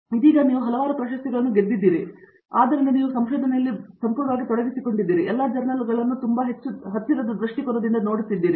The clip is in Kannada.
ಆದ್ದರಿಂದ ನೀವು ಇದೀಗ ಹಲವಾರು ಪ್ರಶಸ್ತಿಗಳನ್ನು ಗೆದ್ದಿದ್ದೀರಿ ಎಂದರ್ಥ ಮತ್ತು ಆದ್ದರಿಂದ ನೀವು ತುಂಬಾ ತೊಡಗಿಸಿಕೊಂಡಿದ್ದೀರಿ ಮತ್ತು ನೀವು ಈ ಎಲ್ಲಾ ಜರ್ನಲ್ಗಳನ್ನು ತುಂಬಾ ಹೆಚ್ಚು ದೃಷ್ಟಿಕೋನದಿಂದ ನೋಡುತ್ತಿದ್ದೀರಿ